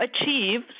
achieve